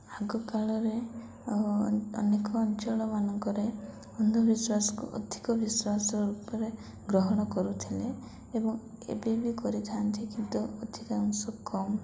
ଆଗକାଳରେ ଅନେକ ଅଞ୍ଚଳମାନଙ୍କରେ ଅନ୍ଧବିଶ୍ୱାସକୁ ଅଧିକ ବିଶ୍ୱାସ ରୂପରେ ଗ୍ରହଣ କରୁଥିଲେ ଏବଂ ଏବେ ବିି କରିଥାନ୍ତି କିନ୍ତୁ ଅଧିକାଂଶ କମ୍